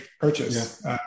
purchase